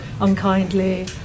unkindly